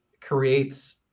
creates